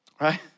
Right